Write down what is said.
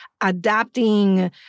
adapting